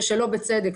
שלא בצדק.